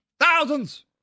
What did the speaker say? Thousands